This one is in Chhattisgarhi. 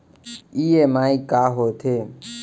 ई.एम.आई का होथे?